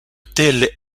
tel